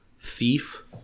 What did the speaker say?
Thief